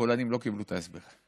הפולנים לא קיבלו את ההסבר,